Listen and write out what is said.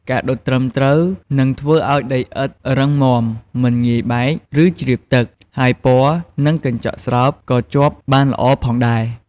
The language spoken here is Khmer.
ការដុតត្រឹមត្រូវនឹងធ្វើឲ្យដីឥដ្ឋរឹងមាំ មិនងាយបែក ឬជ្រាបទឹក ហើយពណ៌ និងកញ្ចក់ស្រោបក៏ជាប់បានល្អផងដែរ។